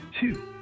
two